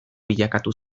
bilakatu